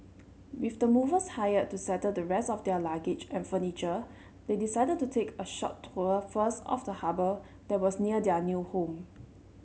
with the movers hired to settle the rest of their luggage and furniture they decided to take a short tour first of the harbour that was near their new home